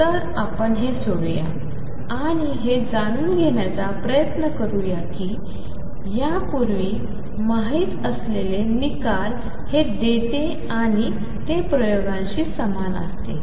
तर आपण हे सोडवू आणि हे जाणून घेण्याचा प्रयत्न करू की यापूर्वी माहित असलेले निकाल हे देते आणि ते प्रयोगांशी समान असेल